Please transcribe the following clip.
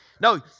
No